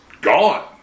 gone